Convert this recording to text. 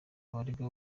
abaregwa